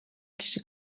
kişi